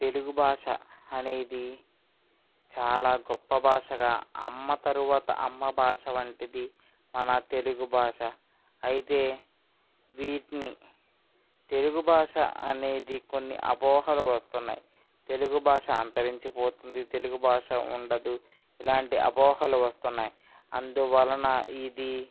తెలుగు భాష అనేది చాలా గొప్పభాషగా అమ్మ తరువాత అమ్మ భాష వంటిది మన తెలుగు భాష అయితే వీటిని తెలుగు భాష అనేది కొన్ని అపోహలు వస్తున్నాయి తెలుగు భాష అంతరించిపోతుంది తెలుగు భాష ఉండదు ఇలాంటి అపోహలు వస్తున్నాయి అందువలన ఇది